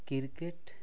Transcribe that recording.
cricket